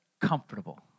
comfortable